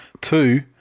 Two